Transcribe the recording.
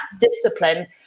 discipline